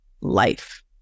life